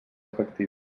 efectiva